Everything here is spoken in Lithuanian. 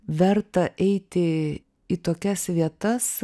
verta eiti į tokias vietas